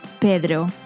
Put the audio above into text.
Pedro